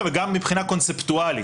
וגם מבחינה קונספטואלית,